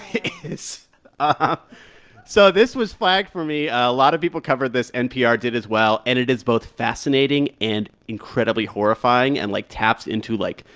is um so this was flagged for me. a lot of people covered this. npr did as well. and it is both fascinating and incredibly horrifying and, like, taps into, like,